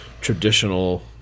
traditional